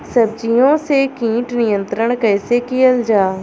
सब्जियों से कीट नियंत्रण कइसे कियल जा?